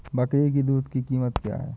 बकरी की दूध की कीमत क्या है?